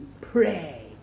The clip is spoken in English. pray